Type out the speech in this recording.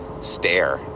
stare